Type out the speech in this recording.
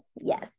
Yes